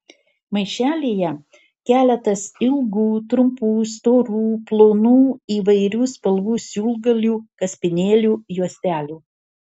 maišelyje keletas ilgų trumpų storų plonų įvairių spalvų siūlgalių kaspinėlių juostelių